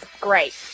great